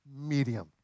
Medium